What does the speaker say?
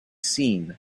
seen